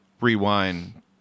rewind